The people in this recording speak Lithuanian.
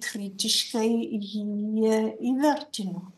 kritiškai jį įvertino